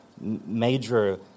major